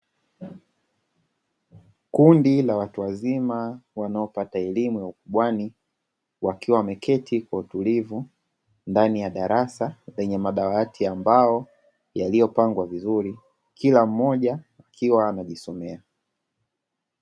Kundi la watu wazima wanaopata elimu ya ukubwani, wakiwa wameketi kwa utulivu ndani ya darasa lenye madawati ya mbao, yaliyo pangwa vizuri kila mmoja akiwa anajisomea.